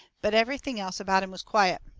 but everything else about him was quiet.